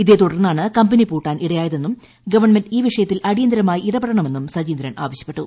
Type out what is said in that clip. ഇതേ തുട്ടർന്നാണ് കമ്പനി പൂട്ടാൻ ഇടയായതെന്നും ഗവൺമെന്റ് ഈ വിഷയത്തിൽ അടിയന്തരമായി ഇടപെടണമെന്നും സജീന്ദ്രൻ ആവശ്യപ്പെട്ടു